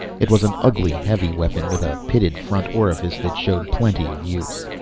it was an ugly, heavy weapon with a pitted front orifice that showed plenty of use.